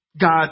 God